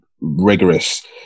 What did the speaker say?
rigorous